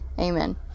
Amen